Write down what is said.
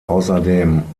außerdem